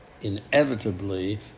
inevitably